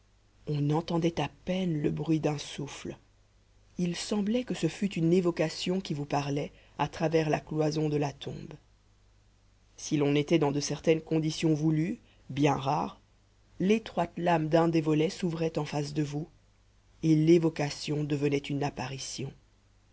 on entendait à peine le bruit d'un souffle il semblait que ce fût une évocation qui vous parlait à travers la cloison de la tombe si l'on était dans de certaines conditions voulues bien rares l'étroite lame d'un des volets s'ouvrait en face de vous et l'évocation devenait une apparition